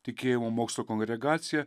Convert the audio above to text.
tikėjimo mokslo kongregacija